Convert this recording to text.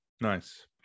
Nice